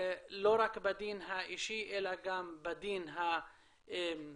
לא רק בדין האישי אלא גם בדין הכללי.